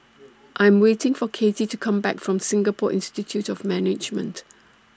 I Am waiting For Katy to Come Back from Singapore Institute of Management